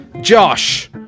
Josh